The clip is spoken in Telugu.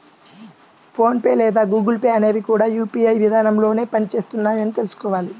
ఫోన్ పే లేదా గూగుల్ పే అనేవి కూడా యూ.పీ.ఐ విధానంలోనే పని చేస్తున్నాయని తెల్సుకోవాలి